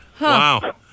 Wow